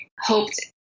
hoped